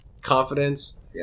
confidence